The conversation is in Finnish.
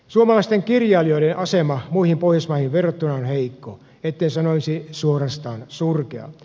suomalaisten kirjailijoiden asema muihin pohjoismaihin verrattuna on heikko etten sanoisi suorastaan surkea